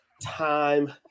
time